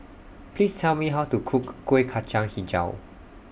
Please Tell Me How to Cook Kuih Kacang Hijau